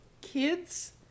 kids